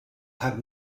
have